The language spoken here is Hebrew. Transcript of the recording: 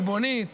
ריבונית,